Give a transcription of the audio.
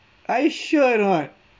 are you sure or not